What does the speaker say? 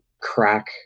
crack